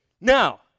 Now